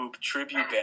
tribute